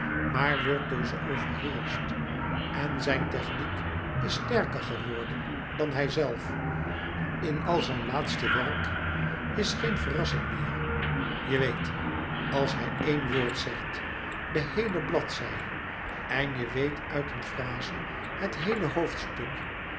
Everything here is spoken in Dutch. maar wordt door ze overheerscht en zijn techniek is sterker geworden dan hijzelf in al zijn laatste werk is geen verrassing meer je weet als hij éen woord zegt de heele bladzij en je weet uit een fraze het heele hoofdstuk